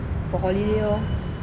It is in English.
for holiday lor